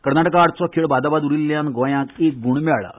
कर्नाटका आडचो खेळ बादाबाद उरिल्ल्यान तांकां एक गूण मेळ्ळा